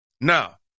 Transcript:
Now